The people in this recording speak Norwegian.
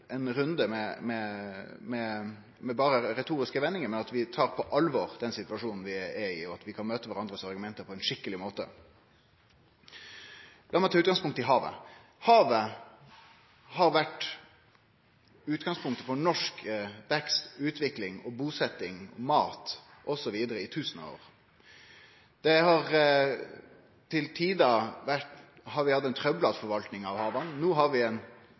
ein runde med retoriske vendingar, men at vi tar på alvor den situasjonen vi er i, og at vi kan møte kvarandres argument på ein skikkeleg måte. La meg ta utgangspunkt i havet. Havet har vore utgangspunkt for norsk vekst, utvikling, busetnad, mat osv. i tusenar av år. Vi har til tider hatt ei trøblete forvalting av havet. No har vi ei, i ein